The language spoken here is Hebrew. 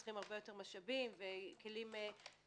צריך הרבה יותר משאבים וכלים ניהוליים,